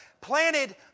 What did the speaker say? Planted